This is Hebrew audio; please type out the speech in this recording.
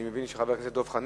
אני מבין של חבר הכנסת דב חנין,